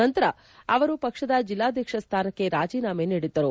ನಂತರ ಅವರು ಪಕ್ಷದ ಜಿಲ್ಲಾಧ್ವಕ್ಷ ಸ್ಥಾನಕ್ಕೆ ರಾಜೀನಾಮೆ ನೀಡಿದ್ದರು